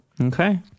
Okay